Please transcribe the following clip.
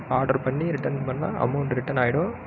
order பண்ணி return பண்ணால் amount return ஆகிடும்